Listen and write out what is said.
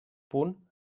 punt